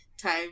time